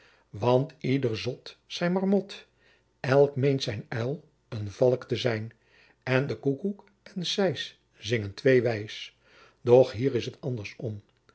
want ieder zot zijn marot elk meent zijn uil een valk te zijn en de koekkoek en cijs zingen twee wijs doch hier is het anders om